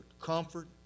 comfort